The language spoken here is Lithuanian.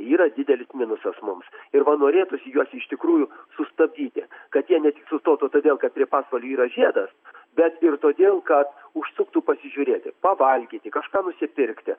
yra didelis minusas mums ir va norėtųsi juos iš tikrųjų sustabdyti kad jie ne tik sustotų todėl kad prie pasvalio yra žiedas bet ir todėl kad užsuktų pasižiūrėti pavalgyti kažką nusipirkti